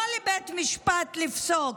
לא לבית משפט לפסוק,